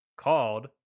called